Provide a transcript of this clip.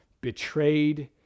betrayed